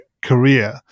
career